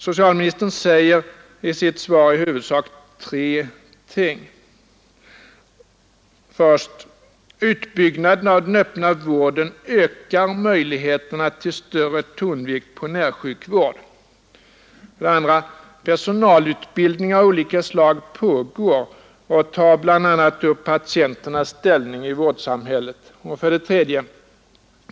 Socialministern säger i sitt svar i huvudsak tre ting: 1. Utbyggnaden av den öppna vården ökar möjligheterna till större tonvikt på närsjukvård. 2. Personalutbildning av olika slag pågår och tar bl.a. upp patienternas ställning i vårdsamhället. 3.